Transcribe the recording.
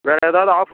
வேறே எதாவது ஆஃப்